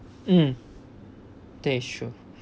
mm that is true